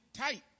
tight